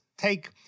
Take